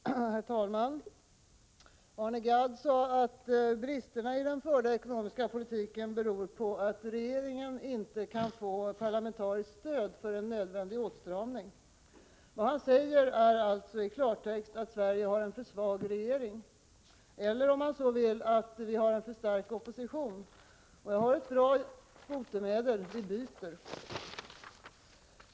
Herr talman! Arne Gadd sade att bristerna i den förda ekonomiska politiken beror på att regeringen inte kan få parlamentariskt stöd för en nödvändig åtstramning. Vad han säger är alltså i klartext att Sverige har en för svag regering eller, om man så vill, att vi har en för stark opposition. Jag har ett bra botemedel: Vi byter!